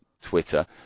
Twitter